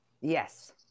yes